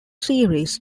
series